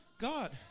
God